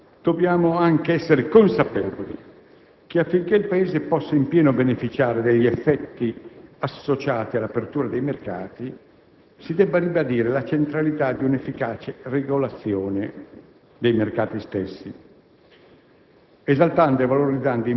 Noi dobbiamo anche essere consapevoli che, affinché il Paese possa in pieno beneficiare degli effetti associati all'apertura dei mercati, si debba ribadire la centralità di un'efficace regolazione dei mercati stessi,